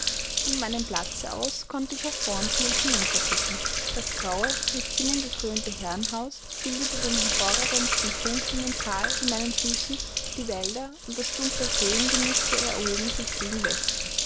von meinem platze aus konnte ich auf thornfield hinunterblicken das graue mit zinnen gekrönte herrenhaus bildete den hervorragendsten punkt in dem thal zu meinen füßen die wälder und das dunkle krähengeniste erhoben sich gegen westen